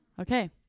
Okay